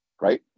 right